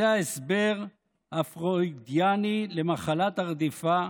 זה ההסבר הפרוידיאני למחלת הרדיפה,